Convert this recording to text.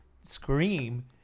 scream